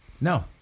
No